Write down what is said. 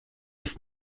ist